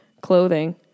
clothing